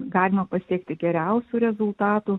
galima pasiekti geriausių rezultatų